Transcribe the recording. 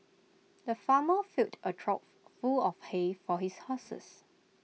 the farmer filled A trough full of hay for his horses